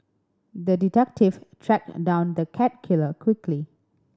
the detective tracked down the cat killer quickly